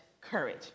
courage